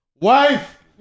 Wife